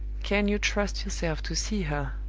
can you trust yourself to see her,